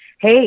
Hey